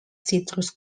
citrus